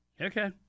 okay